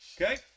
okay